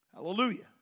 Hallelujah